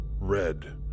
Red